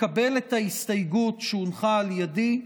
לקבל את ההסתייגות שהונחה על ידי,